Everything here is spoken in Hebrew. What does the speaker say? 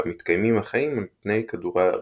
בה מתקיימים החיים על פני כדור הארץ.